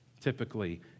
typically